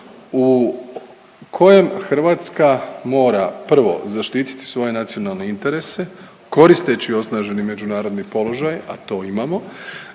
u kojem Hrvatska mora, prvo zaštiti svoje nacionalne interese koristeći osnaženi međunarodni položaj, a to imamo